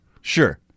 Sure